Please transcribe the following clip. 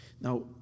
Now